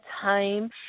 time